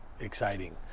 exciting